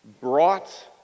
brought